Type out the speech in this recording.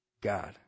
God